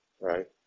Right